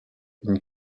une